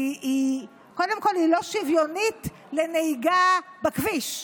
כי קודם כול היא לא שוויונית לנהיגה בכביש.